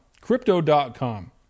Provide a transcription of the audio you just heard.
Crypto.com